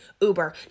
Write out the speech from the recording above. Uber